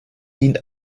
dient